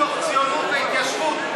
מתוך ציונות והתיישבות.